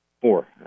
four